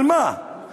על מה?